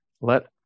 let